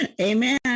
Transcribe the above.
Amen